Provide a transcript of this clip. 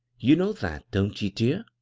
you know that don't ye, dear?